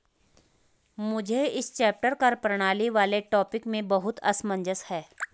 मुझे इस चैप्टर कर प्रणाली वाले टॉपिक में बहुत असमंजस है